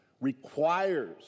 requires